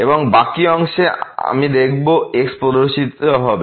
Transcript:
এবং বাকি অংশে আমি দেখব x প্রদর্শিত হবে